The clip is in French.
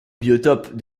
biotope